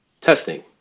Testing